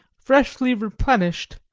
freshly replenished,